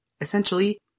Essentially